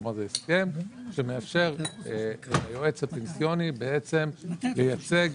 כלומר, הסכם שמאפשר ליועץ הפנסיוני לייצג